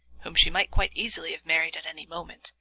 whom she might quite easily have married at any moment,